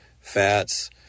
fats